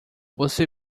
você